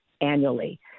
annually